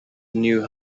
knew